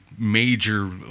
major